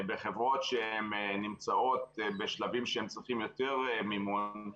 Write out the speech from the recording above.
בחברות שנמצאות בשלבים שהן צריכות יותר מימון.